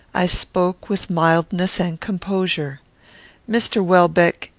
i spoke with mildness and composure mr. welbeck,